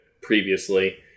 previously